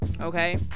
Okay